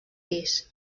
pis